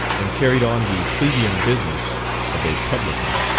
and carried on the plebeian business of a publican.